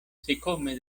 siccome